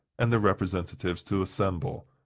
and the representatives to assemble.